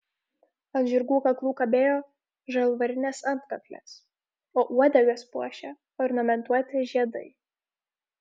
ant žirgų kaklų kabėjo žalvarinės antkaklės o uodegas puošė ornamentuoti žiedai